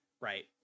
Right